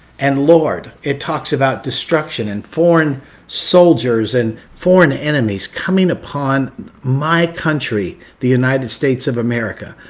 and lord, it talks about destruction and foreign soldiers and foreign enemies coming upon my country, the united states of america.